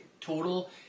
total